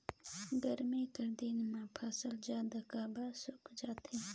गरमी कर दिन म फसल जल्दी काबर सूख जाथे?